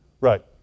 Right